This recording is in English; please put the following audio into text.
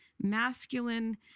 masculine